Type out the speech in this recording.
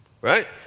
right